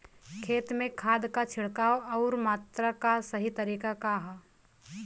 खेत में खाद क छिड़काव अउर मात्रा क सही तरीका का ह?